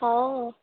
हँ